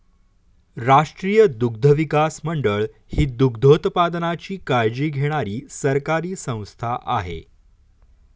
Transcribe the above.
राष्ट्रीय दुग्धविकास मंडळ ही दुग्धोत्पादनाची काळजी घेणारी सरकारी संस्था आहे